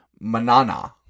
Manana